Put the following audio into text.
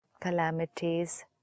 calamities